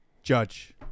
Judge